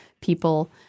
people